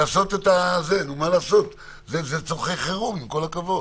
זה צרכי חירום, עם כל הכבוד.